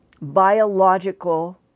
biological